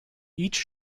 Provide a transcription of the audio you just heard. each